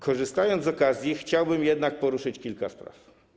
Korzystając z okazji, chciałbym poruszyć kilka spraw.